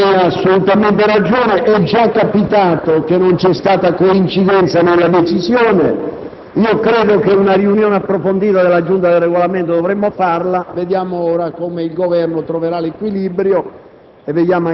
lei ha assolutamente ragione. È già capitato che non vi sia stata coincidenza nella decisione. Ritengo opportuna una riunione approfondita della Giunta del Regolamento. Per il momento, vediamo come il Governo troverà l'equilibrio